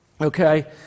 Okay